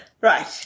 Right